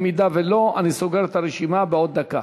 אם לא, אני סוגר את הרשימה בעוד דקה.